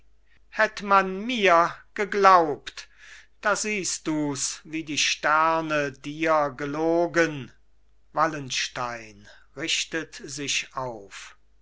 hätt man mir geglaubt da siehst dus wie die sterne dir gelogen wallenstein richtet sich auf